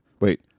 Wait